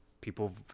people